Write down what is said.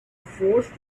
forced